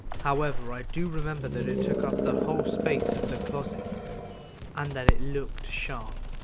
however, i do remember that it took up the whole space of the closet and that it looked sharp.